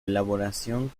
elaboración